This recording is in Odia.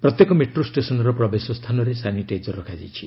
ପ୍ରତ୍ୟେକ ମେଟ୍ରୋ ଷ୍ଟେସନର ପ୍ରବେଶସ୍ଥାନରେ ସାନିଟାଇଜର ରଖାଯାଇଛି